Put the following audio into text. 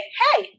hey